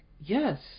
Yes